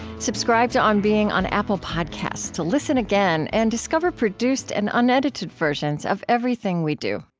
subscribe to on being on apple podcasts to listen again and discover produced and unedited versions of everything we do